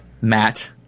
Matt